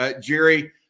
Jerry